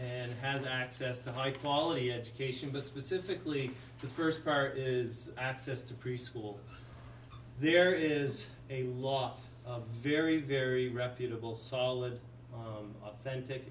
and has access to high quality education but specifically the first car is access to preschool there is a lot of very very reputable solid